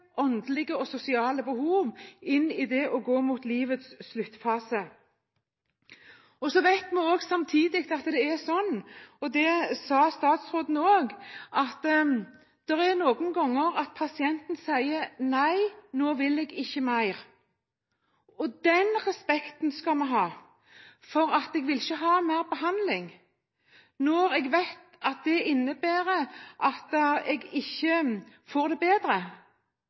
og sosiale behov i livets sluttfase. Vi vet samtidig – statsråden sa det også – at noen ganger sier pasienten nei, nå vil jeg ikke mer. Vi skal ha respekt for at en ikke vil ha mer behandling, når en vet det innebærer at en ikke får det bedre.